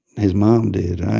his mom did.